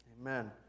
Amen